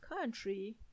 country